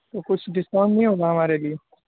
تو کچھ ڈسکاؤنٹ نہیں ہوگا ہمارے لیے